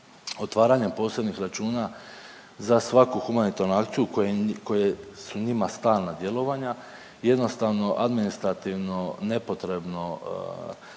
otvaranjem posebnih računa za svaku humanitarnu akciju koje su njima stalna djelovanja jednostavno administrativno nepotrebno